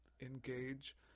engage